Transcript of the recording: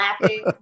laughing